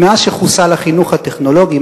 מאז שחוסל החינוך הטכנולוגי,